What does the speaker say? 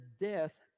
death